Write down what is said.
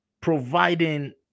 providing